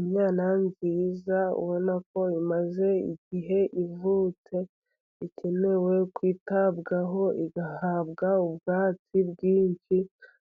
Inyana nziza ubona ko imaze igihe ivutse, ikenewe kwitabwaho igahabwa ubwatsi bwinshi,